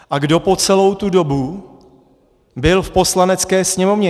A kdo po celou tu dobu byl v Poslanecké sněmovně?